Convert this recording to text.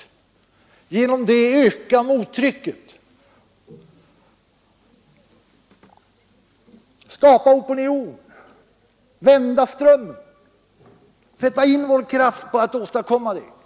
Vi borde sätta in vår kraft på att skapa opinion, öka mottrycket och vända strömmen i denna fråga.